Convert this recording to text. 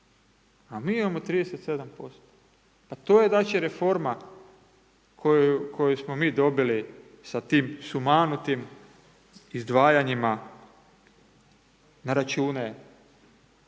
A mi imamo 37%, pa to je znači reforma koju smo mi dobili sa tim sumanutim izdvajanjima na račune